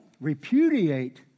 repudiate